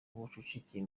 ubucucike